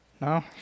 No